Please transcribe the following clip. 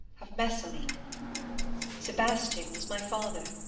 of messaline sebastian was my father